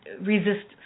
resist